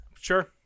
Sure